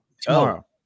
Tomorrow